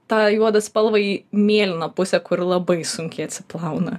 tą juodą spalvą į mėlyną pusę kur labai sunkiai atsiplauna